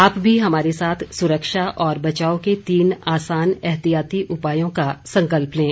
आप भी हमारे साथ सुरक्षा और बचाव के तीन आसान एहतियाती उपायों का संकल्प लें